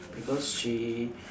because she